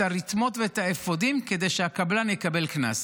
את הרתמות ואת האפודים כדי שהקבלן יקבל קנס.